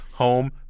Home